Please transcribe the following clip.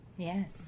Yes